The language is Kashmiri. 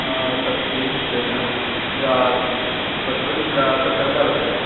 آ سَر ٹھیٖک چھُ تیٚلہِ یا پٔژھِل ؤژھِل کا سَر کر کرو تیٚلہِ